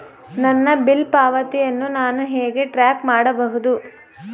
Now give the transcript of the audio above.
ನನ್ನ ಬಿಲ್ ಪಾವತಿಯನ್ನು ನಾನು ಹೇಗೆ ಟ್ರ್ಯಾಕ್ ಮಾಡಬಹುದು?